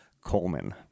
Coleman